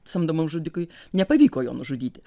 samdomam žudikui nepavyko jo nužudyti